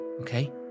okay